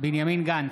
בנימין גנץ,